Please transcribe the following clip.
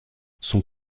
son